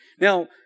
Now